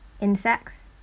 insects